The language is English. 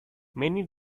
many